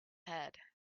head